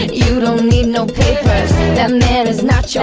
and you you don't need no papers that man is not yeah